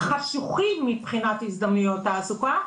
חשוכים מבחינת הזדמנויות תעסוקה,